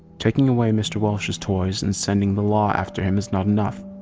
taking away mr. welsh's toys and sending the law after him is not enough.